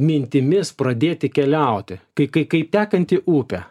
mintimis pradėti keliauti kai kaip kaip tekanti upė